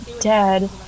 dead